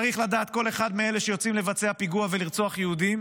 צריך לדעת כל אחד מאלה שיוצאים לבצע פיגוע ולרצוח יהודים